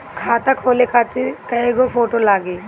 खाता खोले खातिर कय गो फोटो लागी?